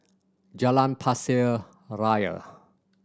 Jalan Pasir Ria